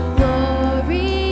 Glory